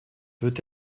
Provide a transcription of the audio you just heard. veut